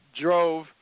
drove –